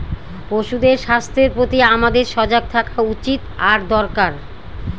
পশুদের স্বাস্থ্যের প্রতি আমাদের সজাগ থাকা উচিত আর দরকার